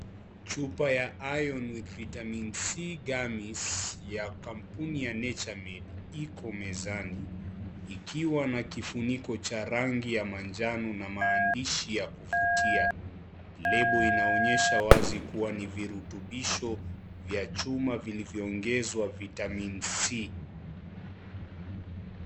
Chupa ya iron vitamin C gummies ya kampuni ya nature meal iko mezani ikiwa na kifuniko cha rangi ya manjano na maandishi ya kuvutia. Lebo inaonyesha wazi kuwa ni virutubisho vya chuma vilivyo ongezwa vitamin C.